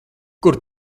kur